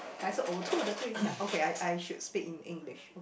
还是呕吐的对象 okay I I should speak in English